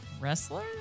Wrestler